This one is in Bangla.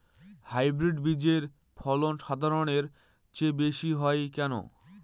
হাইব্রিড বীজের ফলন সাধারণের চেয়ে বেশী হয় কেনো?